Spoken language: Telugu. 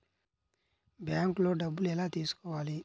బ్యాంక్లో డబ్బులు ఎలా తీసుకోవాలి?